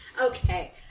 Okay